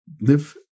Live